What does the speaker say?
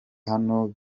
hano